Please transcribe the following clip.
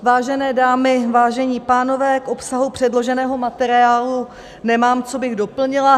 Vážené dámy, vážení pánové, k obsahu předloženého materiálu nemám, co bych doplnila.